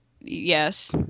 yes